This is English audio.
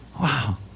Wow